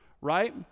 right